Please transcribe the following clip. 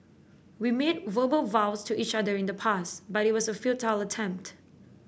we made verbal vows to each other in the past but it was a futile attempt